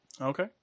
Okay